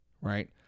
right